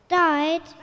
died